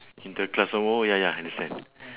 inter-class oh ya ya understand